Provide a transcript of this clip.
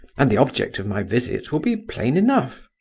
and the object of my visit will be plain enough.